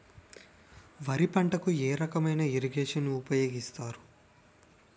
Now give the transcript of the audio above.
వరి పంటకు ఏ రకమైన ఇరగేషన్ ఉపయోగిస్తారు?